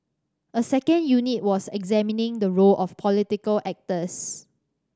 a second unit was examining the role of political actors